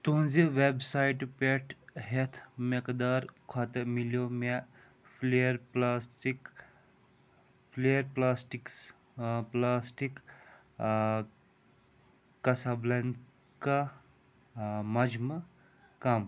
تُہٕنٛزِ وٮ۪بسایٹہٕ پٮ۪ٹھ ہٮ۪تھ مٮ۪قدار کھۄتہٕ مِلیو مےٚ filler plastic filler plastics plastic کَسابٕلٮ۪ن کانٛہہ مجمہٕ کَم